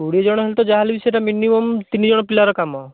କୋଡ଼ିଏ ଜଣ ହେଲେ ତ ଯାହାହେଲେ ବି ସେଇଟା ମିନିମମ୍ ତିନି ଜଣ ପିଲାର କାମ